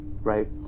right